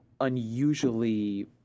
unusually